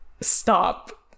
stop